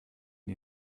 die